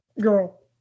girl